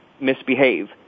Misbehave